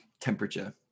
temperature